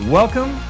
welcome